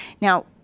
Now